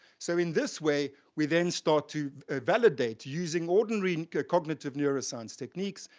so in this way, we then start to validate, using ordinary cognitive neuroscience techniques,